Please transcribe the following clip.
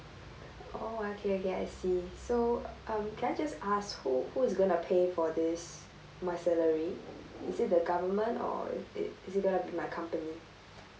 oh okay okay I see so um can I just ask who who is gonna pay for this my salary is it the government or is is it gonna be my company